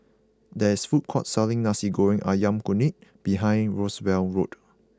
there is a food court selling Nasi Goreng Ayam Kunyit behind Roosevelt Road